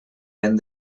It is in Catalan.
ben